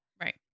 Right